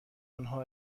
آنها